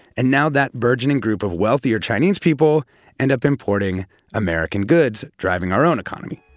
and now, that burgeoning group of wealthier chinese people end up importing american goods, driving our own economy,